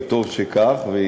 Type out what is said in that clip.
וטוב שכך,